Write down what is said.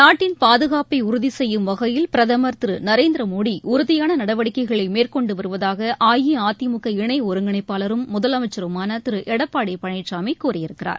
நாட்டின் பாதுகாப்பைஉறுதிசெய்யும் வகையில் பிரதமர் திருநரேந்திரமோடிஉறுதியானநடவடிக்கைகளைமேற்கொண்டுவருவதாகஅஇஅதிமுக இணைஒருங்கிணைப்பாளரும் முதலமைச்சருமானதிருளடப்பாடிபழனிசாமிகூறியிருக்கிறார்